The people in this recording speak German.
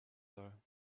soll